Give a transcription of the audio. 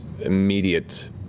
immediate